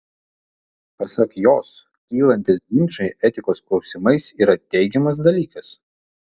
pasak jos kylantys ginčai etikos klausimais yra teigiamas dalykas